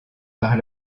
par